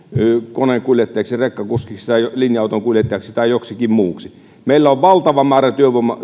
koneenkuljettajaksi rekkakuskiksi linja autonkuljettajaksi tai joksikin muuksi meillä on valtava määrä